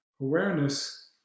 awareness